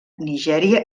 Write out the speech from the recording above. nigèria